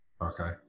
okay